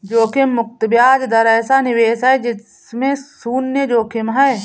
जोखिम मुक्त ब्याज दर ऐसा निवेश है जिसमें शुन्य जोखिम है